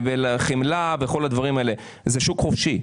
חמלה וכל הדברים האלה אבל זה שוק חופשי.